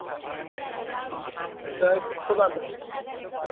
अच्छा अच्छा हा त हिकु तव्हां